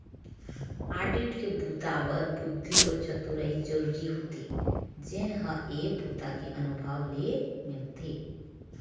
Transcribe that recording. audit के बूता बर बुद्धि अउ चतुरई जरूरी होथे जेन ह ए बूता के अनुभव ले मिलथे